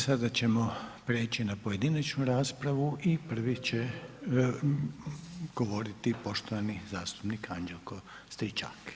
Sada ćemo preći na pojedinačnu raspravu i prvi će govoriti poštovani zastupnik Anđelko Stičak.